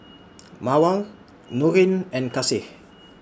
Mawar Nurin and Kasih